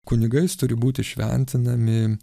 kunigais turi būti šventinami